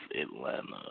Atlanta